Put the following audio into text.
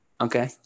Okay